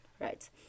right